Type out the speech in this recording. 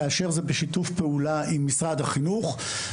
כאשר זה בשיתוף פעולה עם משרד החינוך.